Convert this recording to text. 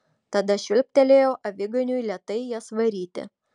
tada švilptelėjau aviganiui lėtai jas varyti